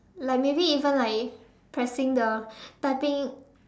like maybe even like pressing the typing